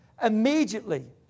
Immediately